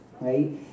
right